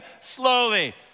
slowly